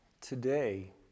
Today